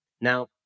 Now